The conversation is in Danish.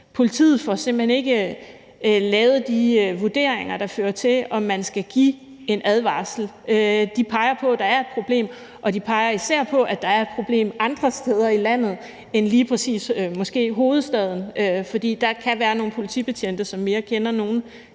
simpelt hen ikke lavet de vurderinger, der fører til, om man skal give en advarsel. De peger på, at der er et problem, og de peger især på, at der er et problem andre steder i landet end måske lige præcis i hovedstaden. For der kan være nogle politibetjente, som mere kender nogle